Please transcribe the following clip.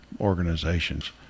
organizations